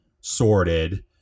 sorted